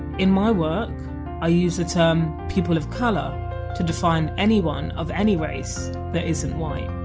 in my work i use the term people of colour to define anyone of any race that isn't white.